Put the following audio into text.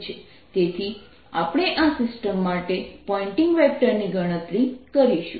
તેથી આપણે આ સિસ્ટમ માટે પોઇન્ટિંગ વેક્ટરની ગણતરી કરીશું